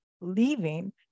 leaving